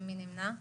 מי נמנע?